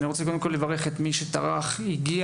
אני רוצה לברך את מי שטרח והגיע,